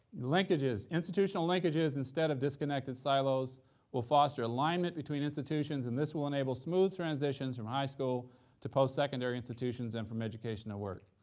linkages. institutional linkages instead of disconnected silos will foster alignment between institutions, and this will enable smooth transitions from high school to postsecondary institutions and from education at work.